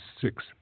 six